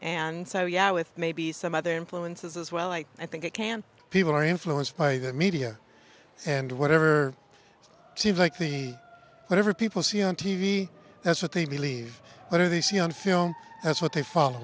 and so yeah with maybe some other influences as well like i think it can people are influenced by the media and whatever seems like the whatever people see on t v that's what they believe or do they see on film that's what they foll